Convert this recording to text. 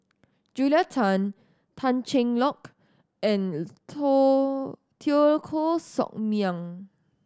Julia Tan Tan Cheng Lock and Teo Koh Sock Miang